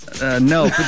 No